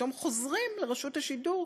ופתאום חוזרים לרשות השידור,